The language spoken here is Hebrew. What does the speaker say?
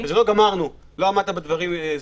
לא אמרנו: לא עמדת בדברים,